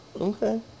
okay